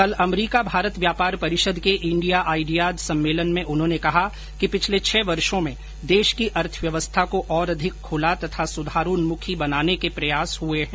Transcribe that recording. कल अमरीका भारत व्यापार परिषद के इंडिया आइडियाज सम्मेलन में उन्होंने कहा कि पिछले छह वर्षों में देश की अर्थव्यवस्था को और अधिक खुला तथा सुधारोन्मुखी बनाने के प्रयास हुए हैं